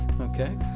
Okay